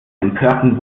empörten